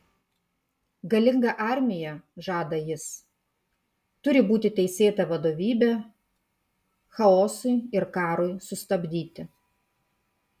galinga armija žada jis turi būti teisėta vadovybė chaosui ir karui sustabdyti